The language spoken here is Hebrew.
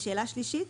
שאלה שלישית,